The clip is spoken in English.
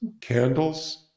candles